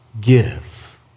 give